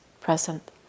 present